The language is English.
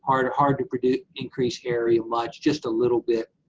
hard hard to produce increase area much. just a little bit.